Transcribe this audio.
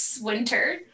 winter